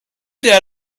der